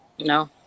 no